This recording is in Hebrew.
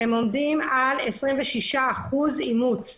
הם עומדים על 26% אימוץ.